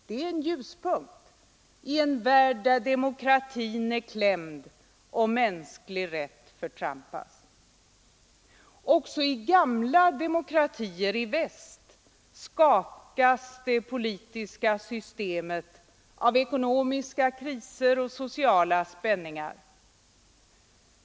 Det är en ljuspunkt i en värld där demokratin är klämd och mänsklig rätt förtrampas. Också i gamla demokratier i väst skakas det politiska systemet av ekonomiska kriser och sociala spänningar.